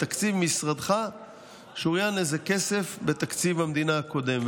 בתקציב משרדך שוריין לזה כסף בתקציב המדינה הקודם.